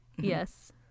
yes